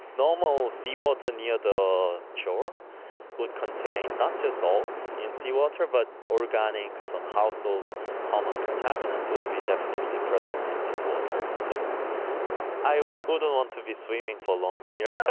normal seawater near the shore would contain not just salts in seawater but organics and um household common contaminants would be definitely present in this water. so i wouldn't want to be swimming for long here.